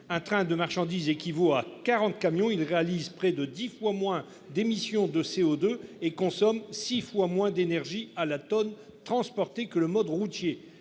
Un train de marchandises équivaut à 40 camions il réalise près de 10 fois moins d'émissions de CO2 et consomment 6 fois moins d'énergie à la tonne transportée que le mode routier,